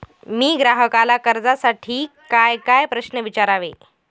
मी ग्राहकाला कर्जासाठी कायकाय प्रश्न विचारावे?